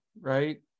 Right